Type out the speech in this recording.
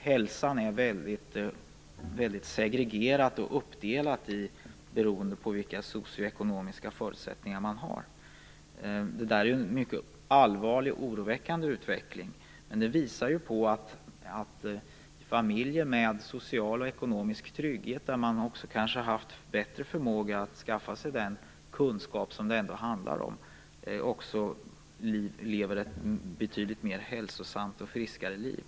De visar att det är väldigt segregerat och uppdelat när det gäller hälsan, beroende på vilka socioekonomiska förutsättningar man har. Det är en mycket allvarlig och oroväckande utveckling. Detta visar ju på att familjer med en social och ekonomisk trygghet - som kanske också har haft bättre förmåga att skaffa sig den kunskap som det handlar om - lever ett betydligt mer hälsosamt och friskare liv.